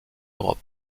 europe